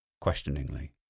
questioningly